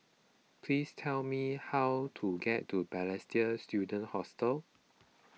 please tell me how to get to Balestier Student Hostel